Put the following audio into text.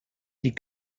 die